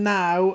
now